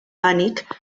pànic